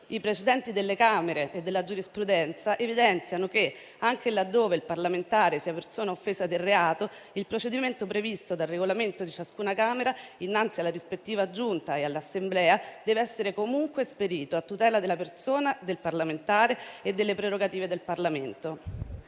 i Presidenti delle Camere e della giurisprudenza evidenziano che, anche laddove il parlamentare sia persona offesa del reato, il procedimento previsto dal Regolamento di ciascuna Camera innanzi alla rispettiva Giunta e all'Assemblea deve essere comunque esperito a tutela della persona del parlamentare e delle prerogative del Parlamento.